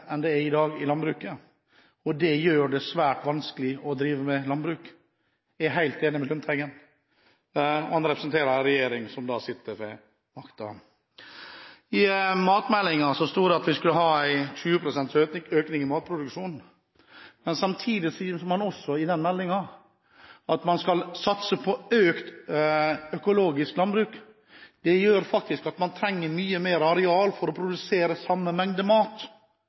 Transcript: enn det er i dag, og det gjør det svært vanskelig å drive med landbruk. Jeg er helt enig med representanten Lundteigen. Han representerer en regjering som sitter ved makten. I landbruks- og matmeldingen sto det at vi skulle ha 20 pst. økning i matproduksjonen, men samtidig sier man også i meldingen at man skal satse på økning i økologisk landbruk. Det gjør at man trenger mye mer areal for å produsere samme mengde mat.